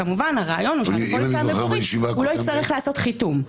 כשהרעיון הוא שעל הפוליסה המקורית לא צריך לעשות חיתום.